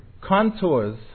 contours